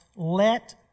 let